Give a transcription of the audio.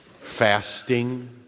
fasting